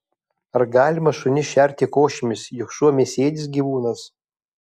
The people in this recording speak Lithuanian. ar galima šunis šerti košėmis juk šuo mėsėdis gyvūnas